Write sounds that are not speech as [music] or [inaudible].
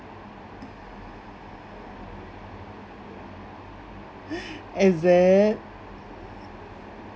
[breath] is it